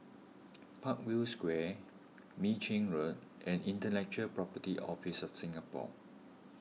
Parkview Square Mei Chin Road and Intellectual Property Office of Singapore